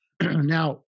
now